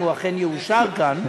אם הוא אכן יאושר כאן,